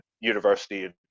University